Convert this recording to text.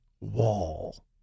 wall